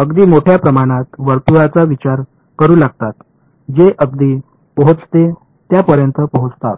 अगदी मोठ्या प्रमाणात वर्तुळाचा विचार करू लागतात जे अगदी पोहोचते त्यापर्यंत पोहोचतात